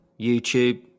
YouTube